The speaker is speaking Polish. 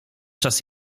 czas